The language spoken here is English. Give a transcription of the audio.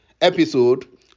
episode